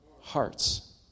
hearts